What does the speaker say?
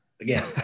again